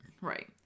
Right